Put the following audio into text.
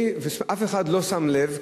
אף אחד לא שם לב,